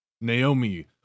Naomi